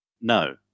No